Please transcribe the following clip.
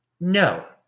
no